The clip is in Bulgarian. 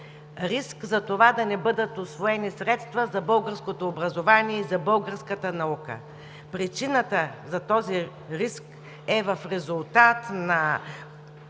риск – риск да не бъдат усвоени средства за българското образование и за българската наука. Причината за този риск е в резултат на